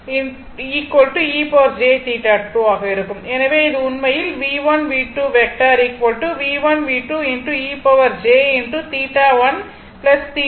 எனவே இது உண்மையில் இது ஆகும்